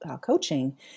coaching